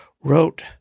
wrote